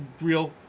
real